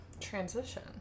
transition